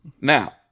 Now